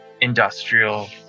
industrial